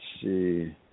see